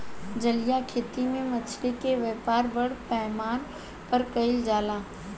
जलीय खेती में मछली के व्यापार बड़ पैमाना पर कईल जाला